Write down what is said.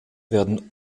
werden